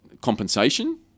compensation